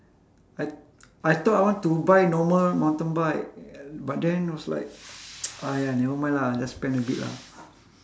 I I thought I want to buy normal mountain bike but then was like !aiya! never mind lah just spend a bit lah